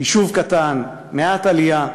יישוב קטן, מעט עלייה.